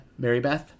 Marybeth